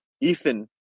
Ethan